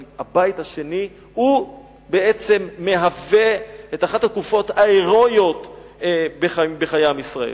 אבל הבית השני בעצם מהווה אחת התקופות ההירואיות בחיי עם ישראל.